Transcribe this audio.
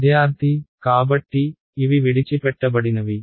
విద్యార్థి కాబట్టి ఇవి విడిచిపెట్టబడినవి